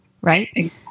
right